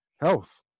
health